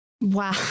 Wow